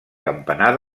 campanar